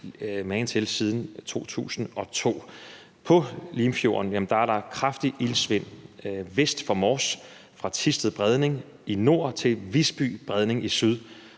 magen til siden 2002. I Limfjorden er der kraftigt iltsvind vest for Mors, fra Thisted Bredning i nord til Visby Bredning i syd,